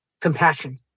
compassion